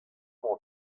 mañ